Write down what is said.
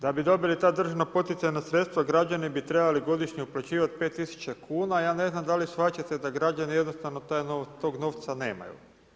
Da bi dobili ta državna poticajna sredstva građani bi trebali godišnje uplaćivati 5 000 kuna, ja ne znam da li shvaćate da građani jednostavno tog novca nemaju.